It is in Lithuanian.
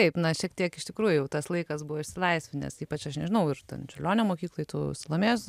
taip na šiek tiek iš tikrųjų jau tas laikas buvo išsilaisvinęs ypač aš nežinau ir ten čiurlionio mokykloj tu salomėjos